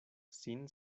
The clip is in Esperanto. sin